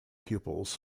pupils